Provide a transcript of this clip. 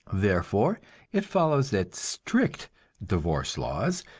therefore it follows that strict divorce laws,